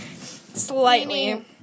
Slightly